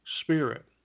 Spirit